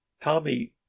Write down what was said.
Tommy